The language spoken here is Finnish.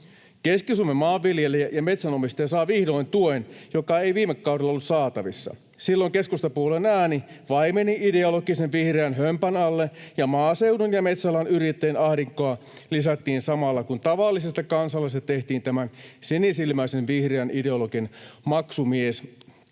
Keski-Suomen maanviljelijä ja metsänomistaja saa vihdoin tuen, jota ei viime kaudella ollut saatavissa. Silloin keskustapuolueen ääni vaimeni ideologisen vihreän hömpän alle ja maaseudun ja metsäalan yrittäjien ahdinkoa lisättiin samalla kun tavallisesta kansalaisesta tehtiin tämän sinisilmäisen vihreän ideologian maksumies,